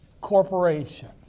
corporation